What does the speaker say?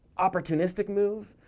opportunistic move,